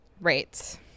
Right